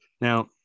Now